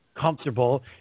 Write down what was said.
comfortable